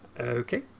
Okay